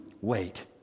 Wait